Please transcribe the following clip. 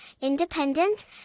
independent